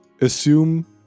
assume